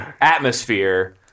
atmosphere